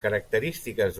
característiques